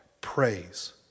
praise